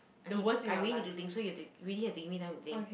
I need I really need to think so you have to really have to give me time to think